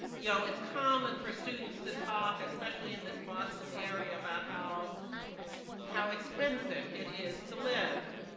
you know it's common for students to talk, especially in this boston area, about how how expensive it is to live.